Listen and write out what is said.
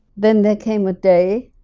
then they came a day.